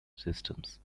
systems